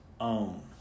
own